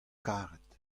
karet